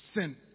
Sin